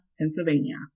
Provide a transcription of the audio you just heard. Pennsylvania